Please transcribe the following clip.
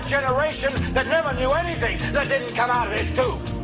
generation that never knew anything that didn't come out of this tube.